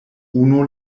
unu